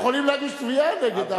יכולים להגיש תביעה נגד זה.